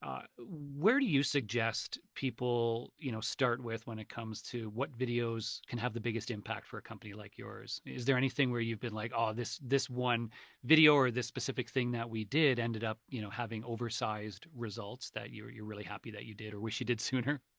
um where do you suggest people you know start with when it comes to what videos can have the biggest impact for a company like yours? is there anything where you've been like, oh, this this one video or this specific thing that we did ended up you know having oversized results that you're you're really happy that you did or wish you did sooner?